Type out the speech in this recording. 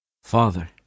Father